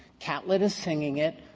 catlett is singing it.